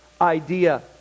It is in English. idea